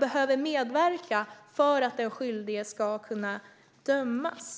behöver medverka för att den skyldige ska kunna dömas.